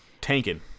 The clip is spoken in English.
tanking